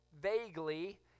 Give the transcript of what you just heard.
vaguely